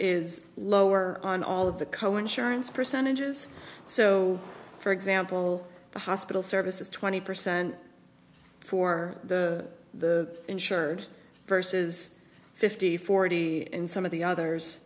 is lower on all of the co insurance percentages so for example the hospital services twenty percent for the insured versus fifty forty in some of the others